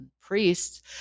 priests